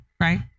right